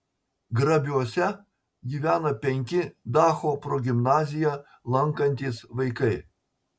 grabiuose gyvena penki dacho progimnaziją lankantys vaikai